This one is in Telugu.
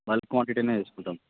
బల్క్ క్వాంటిటీ తీసుకుంటాం